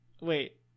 Wait